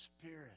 Spirit